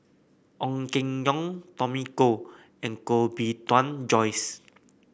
Ong Keng Yong Tommy Koh and Koh Bee Tuan Joyce